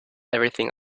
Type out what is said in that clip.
everything